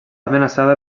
amenaçada